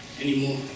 anymore